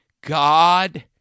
God